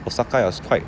osaka was quite